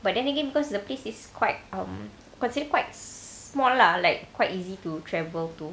but then again because the place is quite um considered quite small lah like quite easy to travel to